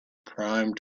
prime